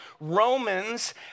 Romans